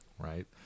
right